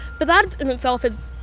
but that in itself is,